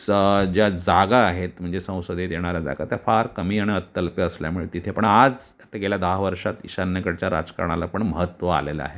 स ज्या जागा आहेत म्हणजे संसदेत येणाऱ्या जागा त्या फार कमी आणि अत्यल्प असल्यामुळे तिथे पण आज तिथे गेल्या दहा वर्षात ईशान्येकडच्या राजकारणाला पण महत्त्व आलेलं आहे